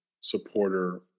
supporter